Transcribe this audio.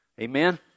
Amen